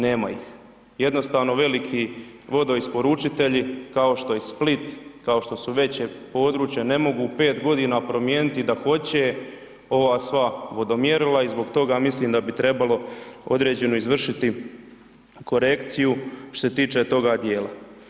Nema ih, jednostavno veliki vodoisporučitelji kao što je Split, kao što su veće područja, ne mogu u 5.g. promijeniti i da hoće ova sva vodomjerila i zbog toga mislim da bi trebalo određeno izvršiti korekciju što se tiče toga dijela.